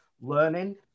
learning